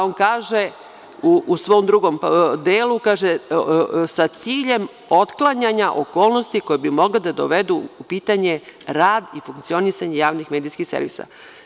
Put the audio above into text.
On kaže u svom drugom delu - sa ciljem otklanjanja okolnosti koje bi mogle da dovedu u pitanje rad i funkcionisanje javnih medijskih servisa.